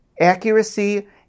Accuracy